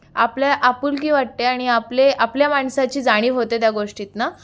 आपल्या आपुलकी वाटते आणि आपले आपल्या माणसाची जाणीव होते त्या गोष्टीतनं